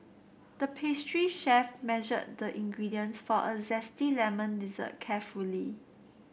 the pastry chef measured the ingredients for a zesty lemon dessert carefully